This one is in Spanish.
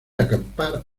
acampar